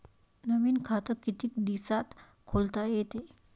नवीन खात कितीक दिसात खोलता येते?